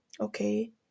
okay